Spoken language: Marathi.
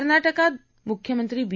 कर्ना किात मुख्यमंत्री बी